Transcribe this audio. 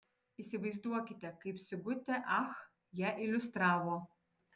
įsivaizduokite kaip sigutė ach ją iliustravo